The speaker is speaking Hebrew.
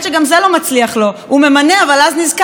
אבל אז זה נזכר שכן יש מחויבות לשלטון החוק,